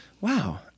Wow